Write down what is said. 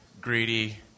greedy